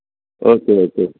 okay okay